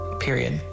period